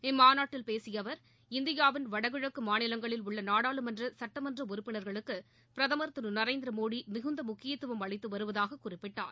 இம்மாநாட்டில் பேசிய அவர் இந்தியாவின் வடகிழக்கு மாநிலங்களில் உள்ள நாடாளுமன்ற சட்டமன்ற உறுப்பினர்களுக்கு பிரதமர் திரு நரேந்திரமோடி மிகுந்த முக்கியத்துவம் அளித்து வருவதாக குறிப்பிட்டார்